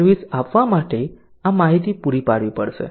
service આપવા માટે આ માહિતી પૂરી પાડવી પડશે